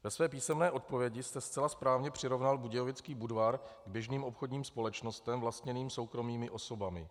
Ve své písemné odpovědi jste zcela správně přirovnal Budějovický Budvar k běžným obchodním společnostem vlastněným soukromými osobami.